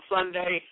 Sunday